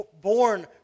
born